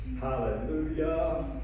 Hallelujah